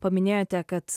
paminėjote kad